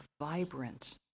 vibrant